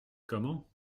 comment